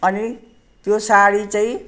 अनि त्यो साडी चाहिँ